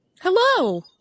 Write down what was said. hello